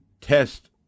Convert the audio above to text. test